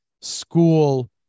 school